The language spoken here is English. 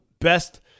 best